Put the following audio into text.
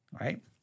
Right